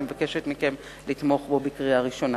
אני מבקשת מכם לתמוך בו בקריאה ראשונה.